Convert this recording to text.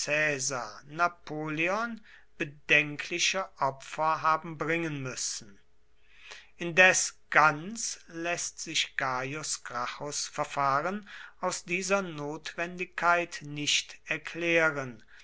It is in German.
napoleon bedenkliche opfer haben bringen müssen indes ganz läßt sich gaius gracchus verfahren aus dieser notwendigkeit nicht erklären